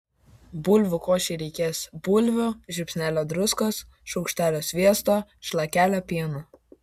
bulvių košei reikės bulvių žiupsnelio druskos šaukštelio sviesto šlakelio pieno